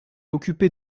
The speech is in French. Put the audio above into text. occupé